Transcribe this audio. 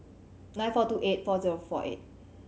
nine four two eight four zero four eight